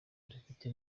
dufite